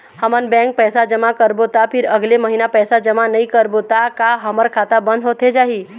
हमन बैंक पैसा जमा करबो ता फिर अगले महीना पैसा जमा नई करबो ता का हमर खाता बंद होथे जाही?